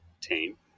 team